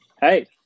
Hey